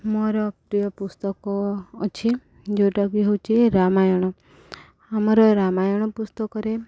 ମୋର ପ୍ରିୟ ପୁସ୍ତକ ଅଛି ଯେଉଁଟାକି ହେଉଛି ରାମାୟଣ ଆମର ରାମାୟଣ ପୁସ୍ତକରେ